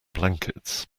blankets